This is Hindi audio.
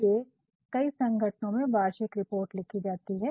उदाहरण के लिए कई संगठनों में वार्षिक रिपोर्ट लिखी जाती है